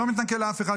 אני לא מתנכל לאף אחד,